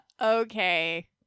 Okay